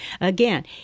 again